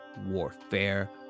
warfare